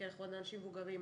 כי אנחנו אנשים מבוגרים.